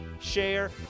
share